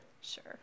Sure